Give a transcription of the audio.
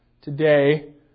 today